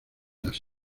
las